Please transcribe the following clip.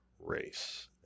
race